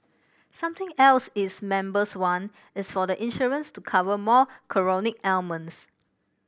something else its members want is for the insurance to cover more chronic ailments